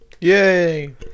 Yay